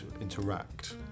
interact